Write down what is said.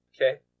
Okay